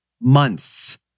months